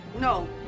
No